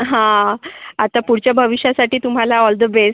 हां आता पुढच्या भविष्यासाठी तुम्हाला ऑल द बेस्ट